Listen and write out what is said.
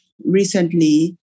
recently